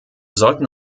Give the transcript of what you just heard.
sollten